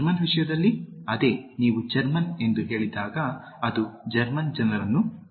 German ವಿಷಯದಲ್ಲಿ ಅದೇ ನೀವು ಜರ್ಮನ್ ಎಂದು ಹೇಳಿದಾಗ ಅದು ಜರ್ಮನ್ ಜನರನ್ನು ಸೂಚಿಸುತ್ತದೆ